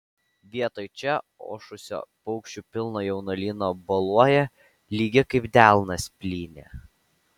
vietoj čia ošusio paukščių pilno jaunuolyno boluoja lygi kaip delnas plynė